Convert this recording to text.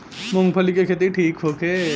मूँगफली के खेती ठीक होखे?